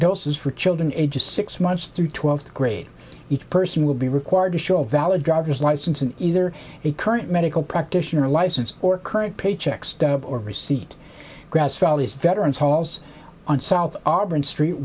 doses for chilled in a just six months through twelfth grade each person will be required to show a valid driver's license and either a current medical practitioner license or current paycheck stub or receipt grass for all these veterans halls on salt auburn street